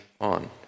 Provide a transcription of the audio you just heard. on